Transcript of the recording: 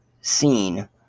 seen